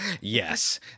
Yes